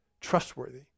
trustworthy